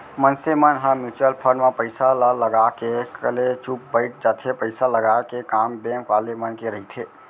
मनसे मन ह म्युचुअल फंड म पइसा ल लगा के कलेचुप बइठ जाथे पइसा लगाय के काम बेंक वाले मन के रहिथे